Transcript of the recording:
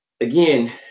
again